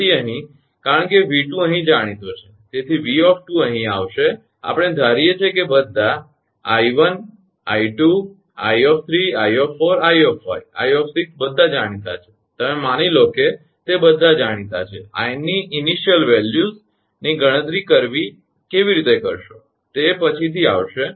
તેથી અહીં કારણ કે 𝑉 અહીં જાણીતો છે તેથી 𝑉 અહીં આવશે આપણે ધારીએ છે કે બધા 𝐼 𝐼 𝐼 𝐼 𝐼 𝐼 બધા જાણીતા છે તમે માની લો કે તે બધા જાણીતા છે I ની પ્રારંભિક કિંમતોની ગણતરી કેવી રીતે કરીશો તે પછીથી આવશે